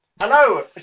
Hello